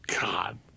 god